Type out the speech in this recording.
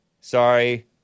Sorry